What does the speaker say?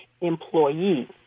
employee